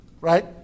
Right